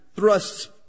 Thrusts